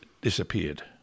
disappeared